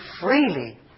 freely